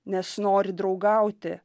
nes nori draugauti